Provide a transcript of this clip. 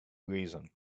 reason